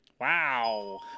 Wow